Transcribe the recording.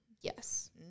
Yes